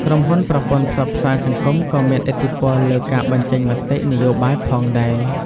ក្រុមហ៊ុនប្រព័ន្ធផ្សព្វផ្សាយសង្គមក៏មានឥទ្ធិពលលើការបញ្ចេញមតិនយោបាយផងដែរ។